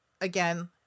again